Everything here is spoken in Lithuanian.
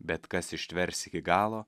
bet kas ištvers iki galo